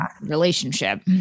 relationship